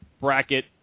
Bracket